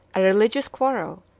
a religious quarrel,